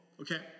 okay